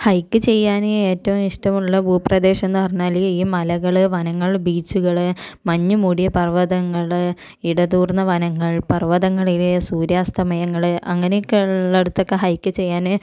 hike ചെയ്യാൻ ഏറ്റവും ഇഷ്ടമുള്ള ഭൂപ്രദേശം എന്ന് പറഞ്ഞാൽ ഈ മലകൾ വനങ്ങൾ ബീച്ചുകൾ മഞ്ഞു മൂടിയ പർവ്വതങ്ങൾ ഇടതൂർന്ന വനങ്ങൾ പർവ്വതങ്ങളിലെ സൂര്യാസ്തമയങ്ങൾ അങ്ങനെയൊക്കെ ഉള്ളയിടത്തൊക്കെ ഹൈക്ക് ചെയ്യാൻ